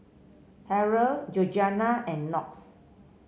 Harrold Georgianna and Knox